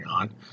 on